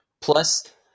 Plus